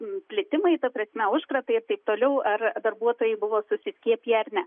plitimai ta prasme užkratai ir taip toliau ar darbuotojai buvo susiskiepiję ar ne